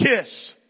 kiss